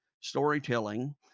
Storytelling